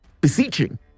beseeching